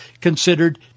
considered